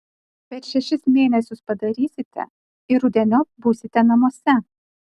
per šešis mėnesius padarysite ir rudeniop būsite namuose